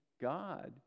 God